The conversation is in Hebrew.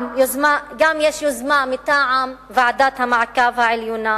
גם יש יוזמה מטעם ועדת המעקב העליונה,